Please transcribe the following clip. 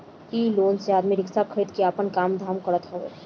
इ लोन से आदमी रिक्शा खरीद के आपन काम धाम करत हवे